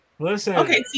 Okay